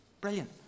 Brilliant